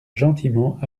gentiment